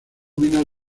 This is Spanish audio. minas